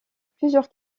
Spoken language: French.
plusieurs